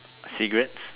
cigarettes